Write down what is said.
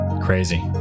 Crazy